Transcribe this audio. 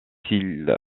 sylviculture